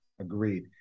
Agreed